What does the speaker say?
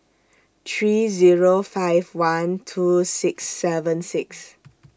three Zero five one two six seven six